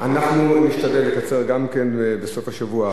חשבו שיש כאן קומבינות בין סגני היושב-ראש.